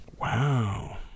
Wow